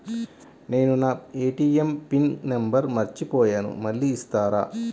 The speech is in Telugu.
నేను నా ఏ.టీ.ఎం పిన్ నంబర్ మర్చిపోయాను మళ్ళీ ఇస్తారా?